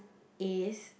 is